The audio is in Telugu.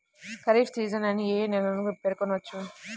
ఖరీఫ్ సీజన్ అని ఏ ఏ నెలలను పేర్కొనవచ్చు?